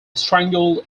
strangled